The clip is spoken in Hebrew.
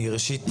ראשית,